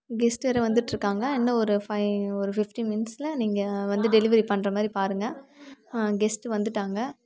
guest வேறே வந்துட்டு இருக்காங்க இன்னும் ஒரு ஃபைவ் ஒரு பிஃப்டின் மினிட்ஸில் நீங்கள் வந்து டெலிவெரி பண்ற மாதிரி பாருங்கள் கெஸ்ட்டு வந்துட்டாங்க